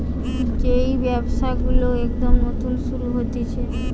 যেই ব্যবসা গুলো একদম নতুন শুরু হতিছে